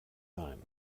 time